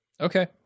Okay